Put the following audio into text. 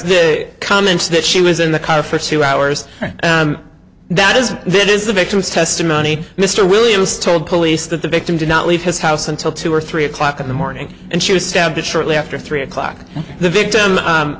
the comments that she was in the car for two hours that is this is the victim's testimony mr williams told police that the victim did not leave his house until two or three o'clock in the morning and she was stabbed shortly after three o'clock the victim